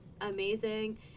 amazing